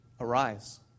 arise